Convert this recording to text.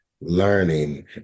learning